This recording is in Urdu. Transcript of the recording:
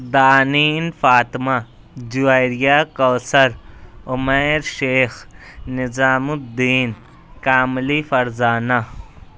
دانین فاطمہ جویریہ کوثر عمیر شیخ نظام الدین کاملی فرزانہ